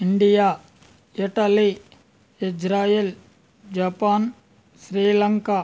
India Italy Israel Japan Sri Lanka